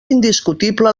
indiscutible